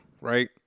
Right